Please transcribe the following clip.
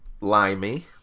Limey